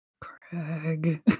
Craig